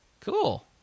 Cool